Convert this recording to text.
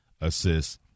assists